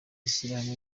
ishyirahamwe